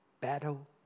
battle